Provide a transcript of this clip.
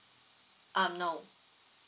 um no